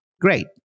great